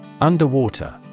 Underwater